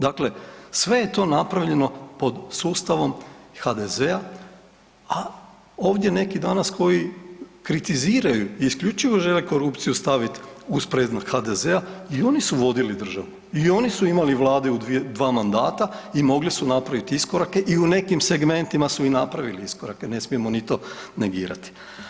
Dakle, sve je to napravljeno pod sustavom HDZ-a, a ovdje neki danas koji kritiziraju i isključivo žele korupciju staviti uz predznak HDZ-a i oni su vodili državu i oni su imali vlade u dva mandata i mogli su napraviti iskorake i u nekim segmentima su i napravili iskorake, ne smijemo ni to negirati.